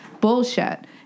bullshit